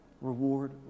reward